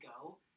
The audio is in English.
go